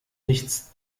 nichts